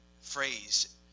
phrase